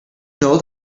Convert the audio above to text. know